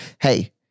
Hey